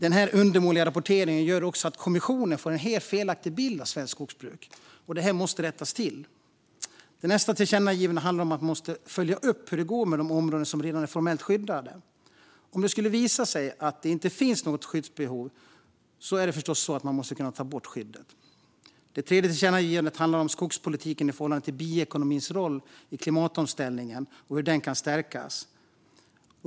Denna undermåliga rapportering gör också att kommissionen får en helt felaktig bild av svenskt skogsbruk. Detta måste rättas till. Nästa tillkännagivande handlar om att man måste följa upp hur det går med de områden som redan är formellt skyddade. Om det skulle visa sig att det inte finns något skyddsbehov måste man förstås kunna ta bort skyddet. Det tredje tillkännagivandet handlar om skogspolitiken i förhållande till bioekonomins roll i klimatomställningen och hur den kan stärkas.